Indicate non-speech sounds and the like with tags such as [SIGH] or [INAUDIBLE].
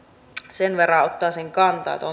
sen verran ottaisin kantaa että [UNINTELLIGIBLE]